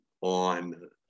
on